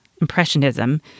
Impressionism